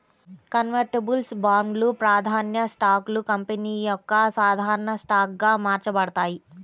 convertibles బాండ్లు, ప్రాధాన్య స్టాక్లు కంపెనీ యొక్క సాధారణ స్టాక్గా మార్చబడతాయి